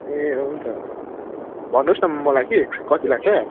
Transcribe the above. ए हुन्छ भन्नु होस् न मलाई कि कति लाग्छ